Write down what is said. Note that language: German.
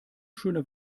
schöne